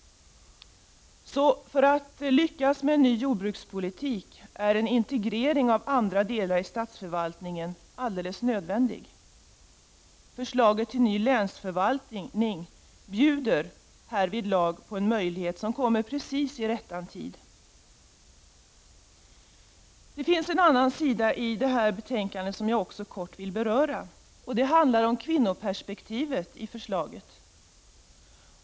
För att lyckas med en ny jordbrukspolitik är en integrering av andra delar i statsförvaltningen alldeles nödvändig. Förslaget till ny länsförvaltning bjuder härvidlag på en möjlighet som kommer i precis rättan tid. Det finns en annan sida i detta betänkande som jag också kort vill beröra och som handlar om kvinnoperspektivet i förslaget.